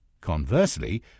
Conversely